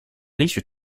leisure